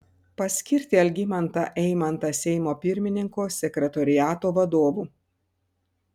paskirti algimantą eimantą seimo pirmininko sekretoriato vadovu